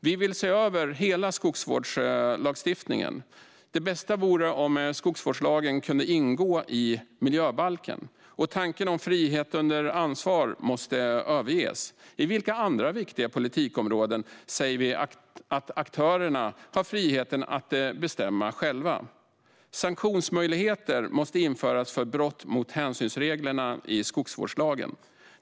Vi vill se över hela skogsvårdslagstiftningen. Det bästa vore om skogsvårdslagen kunde ingå i miljöbalken. Tanken om frihet under ansvar måste överges. På vilka andra viktiga politikområden säger vi att aktörerna har friheten att bestämma själva? Sanktionsmöjligheter måste införas för brott mot hänsynsreglerna i skogsvårdslagen.